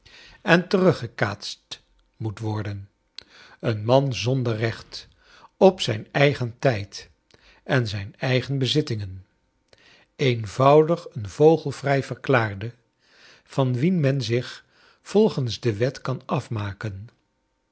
en teruggekaatst moet worden een man zonder recht op zijn eigen tijd en zijn eigen bezittingen eenvoudig een vogelvrij verklaarde van wien men zich volgens de wet kau afmaken